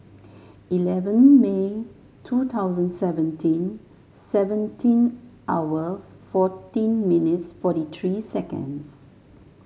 eleven May two thousand and seventeen seventeen hour fourteen minutes forty three seconds